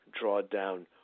Drawdown